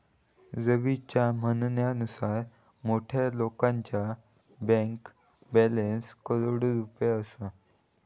रवीच्या म्हणण्यानुसार मोठ्या लोकांचो बँक बॅलन्स करोडो रुपयात असा